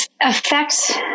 affects